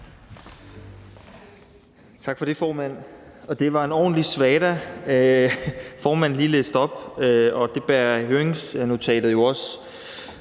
Tak for det, formand. Det var en ordentlig svada, formanden lige læste op. Det bærer høringsnotatet jo også